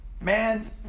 man